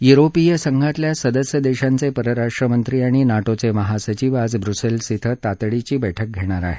युरोपीय संघातल्या सदस्य देशांचे परराष्ट्रमंत्री आणि नाटोचे महासचिव आज ब्रसेल्स श्वे तातडीची बैठक घेणार आहेत